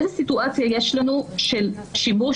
אין שום כוונה כזאת,